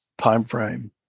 timeframe